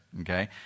Okay